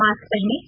mask पहनें